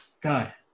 God